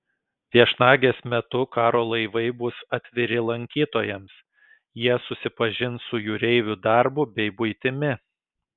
viešnagės metu karo laivai bus atviri lankytojams jie susipažins su jūreivių darbu bei buitimi